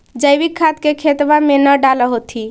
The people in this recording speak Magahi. जैवीक खाद के खेतबा मे न डाल होथिं?